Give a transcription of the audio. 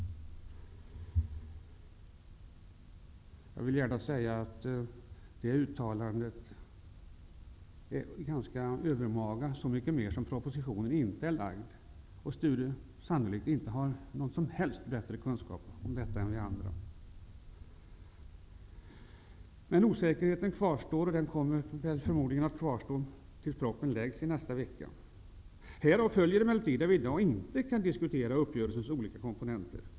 Jag vill gärna säga att det uttalandet är ganska övermaga, så mycket mer som propositionen ännu inte är lagd på riksdagens bord och Sture Ericson sannolikt inte har någon som helst bättre kunskap om den än vi andra. Men osäkerheten kvarstår, och den kommer förmodligen att kvarstå tills propositionen läggs fram i nästa vecka. Härav följer att vi inte i dag kan diskutera uppgörelsens olika komponenter.